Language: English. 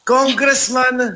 Congressman